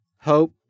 hope